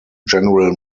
general